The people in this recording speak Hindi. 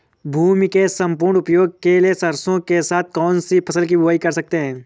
भूमि के सम्पूर्ण उपयोग के लिए सरसो के साथ कौन सी फसल की बुआई कर सकते हैं?